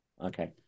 Okay